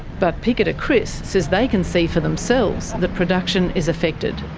but picketer chris says they can see for themselves that production is affected.